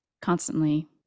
constantly